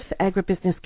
agribusiness